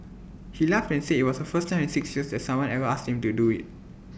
he laughed and said IT was the first time in six years that someone ever asked him to do IT